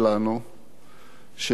שאני לא יודע,